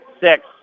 six